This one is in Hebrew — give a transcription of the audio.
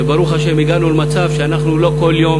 וברוך השם הגענו למצב שאנחנו לא כל יום